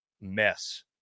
mess